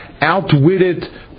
outwitted